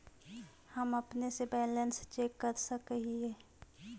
हम अपने से बैलेंस चेक कर सक हिए?